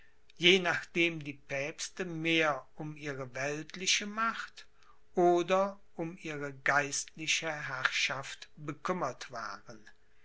je nachdem die päpste mehr um ihre weltliche macht oder um ihre geistliche herrschaft bekümmert waren